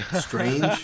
strange